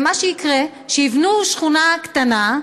מה שיקרה זה שייבנו שכונה קטנה,